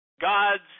God's